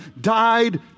died